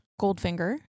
Goldfinger